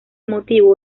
motivo